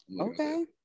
Okay